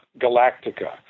Galactica